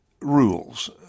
rules